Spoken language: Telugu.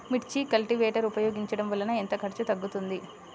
మిర్చి కల్టీవేటర్ ఉపయోగించటం వలన ఎంత ఖర్చు తగ్గుతుంది?